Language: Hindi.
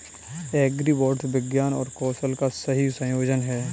एग्रीबॉट्स विज्ञान और कौशल का सही संयोजन हैं